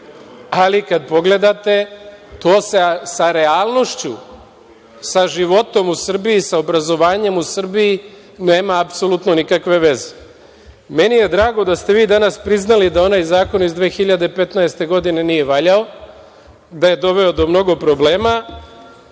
ali kada pogledate to se sa realnošću, sa životom u Srbiji, sa obrazovanjem u Srbiji nema apsolutno nikakve veze. Meni je drago da ste vi danas priznali da onaj zakon iz 2015. godine nije valjao, da je doveo do mnogo problema.